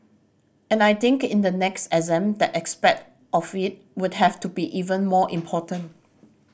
and I think in the next exam that aspect of it would have to be even more important